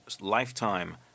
lifetime